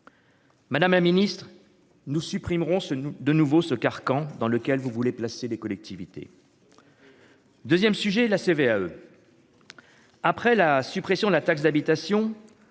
Madame la Ministre, nous supprimerons ce de nouveau ce carcan dans lequel vous voulez placer les collectivités. 2ème sujet : la CVAE après la suppression de la taxe d'habitation